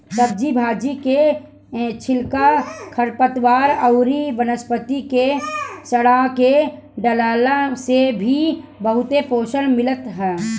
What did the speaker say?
सब्जी भाजी के छिलका, खरपतवार अउरी वनस्पति के सड़आ के डालला से भी बहुते पोषण मिलत ह